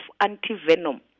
anti-venom